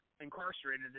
incarcerated